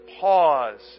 pause